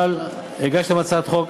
אבל הגשתם הצעת חוק.